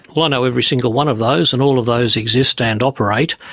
well, i know every single one of those and all of those exist and operate,